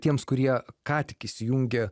tiems kurie ką tik įsijungė